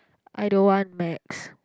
I don't want Macs